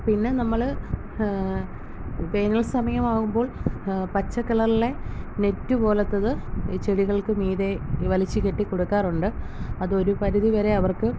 പിന്നെ നമ്മൾ വേനൽ സമയം ആവുമ്പോൾ പച്ച കളറിലെ നെറ്റ് പോലത്തത് ചെടികൾക്ക് മീതെ വലിച്ചു കെട്ടി കൊടുക്കാറുണ്ട് അത് ഒരു പരിധി വരെ അവർക്ക്